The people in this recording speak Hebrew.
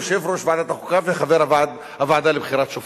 זו דמותו של יושב-ראש ועדת החוקה וחבר הוועדה לבחירת שופטים.